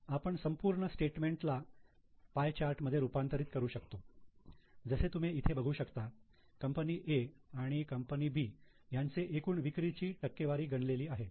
आपण संपूर्ण स्टेटमेंट ला पाय चार्ट मध्ये रूपांतरित करू शकतो जसे तुम्ही इथे बघू शकता कंपनी A आणि B यांचे एकूण विक्रीची टक्केवारी गणलेली आहे